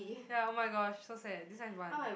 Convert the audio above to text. ya oh-my-gosh so sad this as one